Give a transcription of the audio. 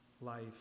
life